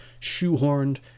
shoehorned